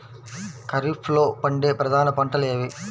ఖరీఫ్లో పండే ప్రధాన పంటలు ఏవి?